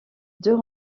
deux